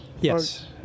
Yes